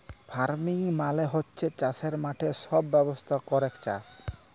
farming মালে হচ্যে চাসের মাঠে সব ব্যবস্থা ক্যরেক চাস